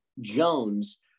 Jones